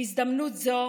בהזדמנות זו